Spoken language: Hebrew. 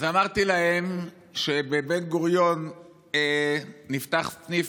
אז אמרתי להם שבבן-גוריון נפתח סניף